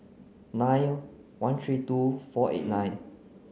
nine one three two four eight nine